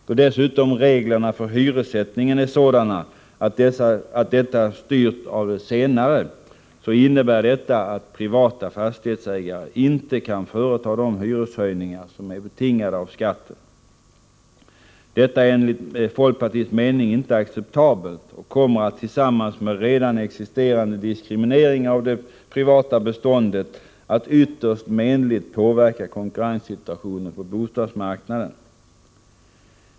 Då dessutom reglerna för hyressättningen är sådana att de styrs av hyrorna i allmännyttan innebär detta att privata fastighetsägare inte kan företa de hyreshöjningar som är betingade av skatten. Detta är enligt folkpartiets mening inte acceptabelt och kommer, tillsammans med redan existerande diskriminering av det privata beståndet, att ytterst menligt påverka konkurrenssituationen på bostadsmarknaden.